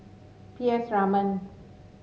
P S Raman